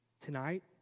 Tonight